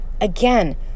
Again